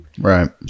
Right